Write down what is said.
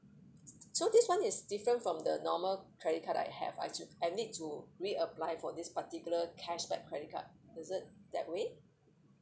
so this [one] is different from the normal credit card I have I I need to reapply for this particular cashback credit card is it that way